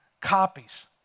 copies